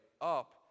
up